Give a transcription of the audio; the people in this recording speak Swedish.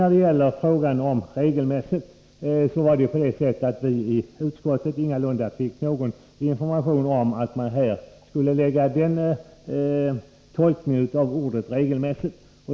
När det gäller begreppet ”regelmässigt” var det på det sättet att vi i utskottet ingalunda fick någon information om att man skulle lägga in den tolkningen i ordet ”regelmässigt”.